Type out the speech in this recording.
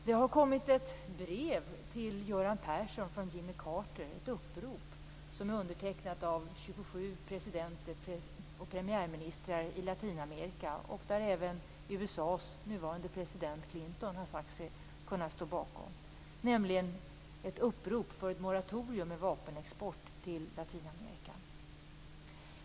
Det har kommit ett brev till Göran Persson från Jimmy Carter. Det är ett upprop, som är undertecknat av 27 presidenter och premiärministrar i Latinamerika, och även USA:s nuvarande president Clinton har sagt sig kunna stå bakom uppropet. Det är ett upprop för ett moratorium för vapenexport till Latinamerika.